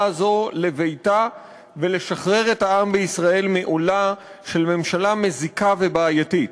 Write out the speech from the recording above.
הזו הביתה ולשחרר את העם בישראל מעולה של ממשלה מזיקה ובעייתית.